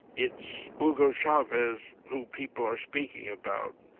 it's hugo chavez who people are speaking about,